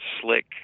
slick